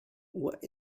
what